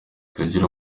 tugira